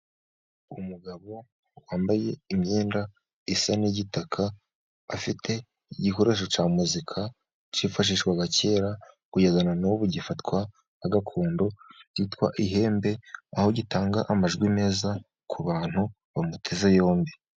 Umugabo wambaye imyenda isa n'igitaka, afite igikoresho cya muzika cyifashishwaga kera kugeza na n'ubu, gifatwa nka gakondo kitwa ihembe, aho gitanga amajwi meza ku bantu bamuteze yombi.